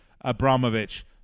Abramovich